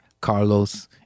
Carlos